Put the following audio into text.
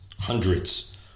hundreds